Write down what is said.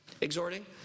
exhorting